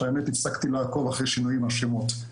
אני הפסקתי לעקוב אחרי שינויי השמות,